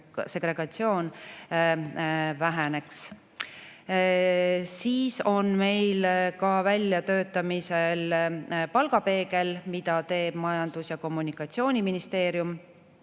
segregatsioon väheneks. Meil on väljatöötamisel ka palgapeegel, mida teeb Majandus‑ ja Kommunikatsiooniministeerium.